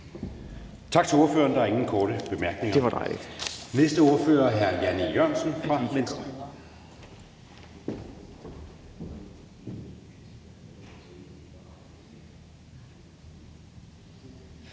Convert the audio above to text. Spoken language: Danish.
Tak til ordføreren. Der er ingen korte bemærkninger. Næste ordfører er hr. Jan E. Jørgensen fra Venstre.